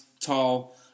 tall